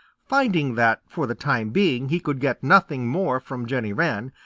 finding that for the time being he could get nothing more from jenny wren,